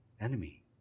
enemy